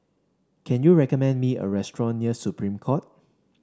can you recommend me a restaurant near Supreme Court